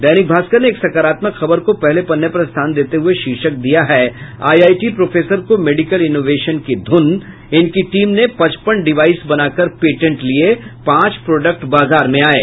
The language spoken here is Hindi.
दैनिक भास्कर ने एक सकारात्मक खबर को पहले पन्ने पर स्थान देते हुये शीर्षक दिया है आईआईटी प्रोफेसर को मेडिकल इनोवेशन की ध्रन इनकी टीम ने पचपन डिवाईस बनाकर पेटेंट लिये पांच प्रोडक्ट बाजार में आये